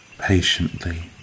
patiently